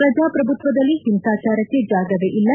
ಪ್ರಜಾಪ್ರಭುತ್ವದಲ್ಲಿ ಹಿಂಸಾಚಾರಕ್ಕೆ ಜಾಗವೇ ಇಲ್ಲ